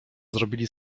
zrobili